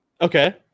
Okay